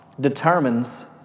determines